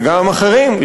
וגם אחרים,